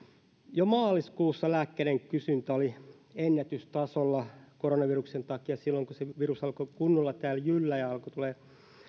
jo maaliskuussa lääkkeiden kysyntä oli ennätystasolla koronaviruksen takia silloin kun se virus alkoi kunnolla täällä jyllätä ja alkoi tulla